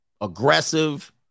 aggressive